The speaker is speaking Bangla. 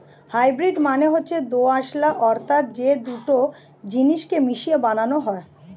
হাইব্রিড মানে হচ্ছে দোআঁশলা অর্থাৎ যেটা দুটো জিনিস কে মিশিয়ে বানানো হয়